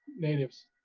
natives,